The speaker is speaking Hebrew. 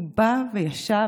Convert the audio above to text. הוא בא וישב